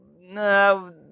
no